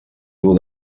dur